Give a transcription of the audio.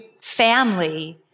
family